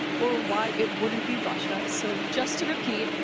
or why it wouldn't be russia. so, just to repeat,